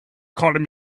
calling